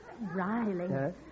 Riley